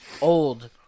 old